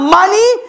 money